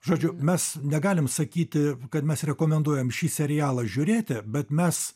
žodžiu mes negalim sakyti kad mes rekomenduojam šį serialą žiūrėti bet mes